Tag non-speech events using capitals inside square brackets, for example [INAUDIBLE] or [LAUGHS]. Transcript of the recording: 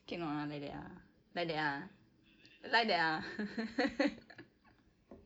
cannot ah like that ah like that ah like that ah [LAUGHS]